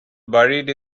buried